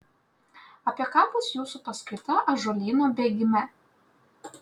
apie ką bus jūsų paskaita ąžuolyno bėgime